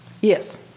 Yes